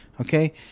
Okay